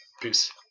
peace